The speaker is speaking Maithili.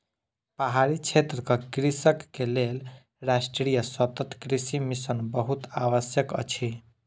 पहाड़ी क्षेत्रक कृषक के लेल राष्ट्रीय सतत कृषि मिशन बहुत आवश्यक अछि